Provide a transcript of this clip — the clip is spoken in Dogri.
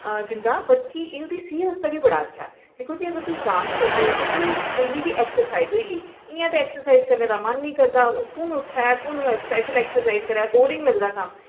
दिंदा बट एह् ओह्दी सेह्त आस्तै बी अच्छा ऐ दिक्खो जी अगर तुस डांस करदे ओह् ते तुसेंईं डेली दी एक्सरसाईज़ होई गेई इं'या ते एक्सरसाईज़ करने दा मन निं करदा ते कुन उट्ठे कुन स्पेशल एक्सरसाईज़ करै बोरिंग लगदा कम्म